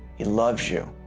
he loves you.